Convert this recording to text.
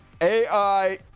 AI